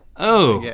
oh,